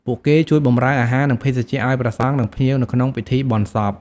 ពួកគេជួយបម្រើអាហារ និងភេសជ្ជៈឲ្យព្រះសង្ឃ និងភ្ញៀវនៅក្នុងពិធីបុណ្យសព។